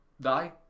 die